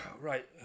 Right